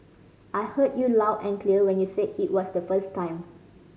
I heard you loud and clear when you said it the first time